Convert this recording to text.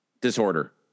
disorder